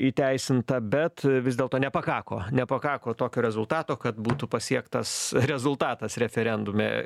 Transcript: įteisinta bet vis dėlto nepakako nepakako tokio rezultato kad būtų pasiektas rezultatas referendume